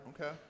Okay